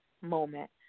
moment